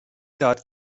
داد